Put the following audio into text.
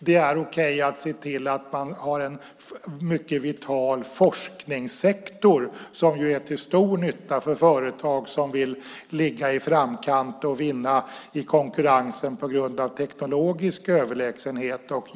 De är okej att se till att man har en mycket vital forskningssektor, som ju är till stor nytta för företag som vill ligga i framkant och vinna i konkurrensen på grund av teknologisk överlägsenhet.